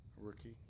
Rookie